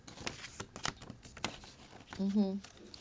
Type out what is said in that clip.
mmhmm